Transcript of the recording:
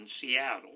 Seattle